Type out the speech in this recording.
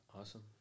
awesome